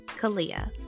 Kalia